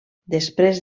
després